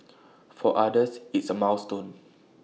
for others it's A milestone